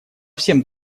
всем